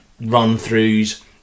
run-throughs